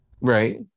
Right